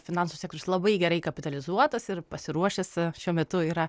finansų sektorius labai gerai kapitalizuotas ir pasiruošęs šiuo metu yra